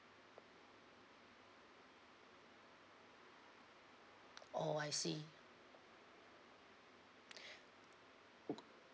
oh I see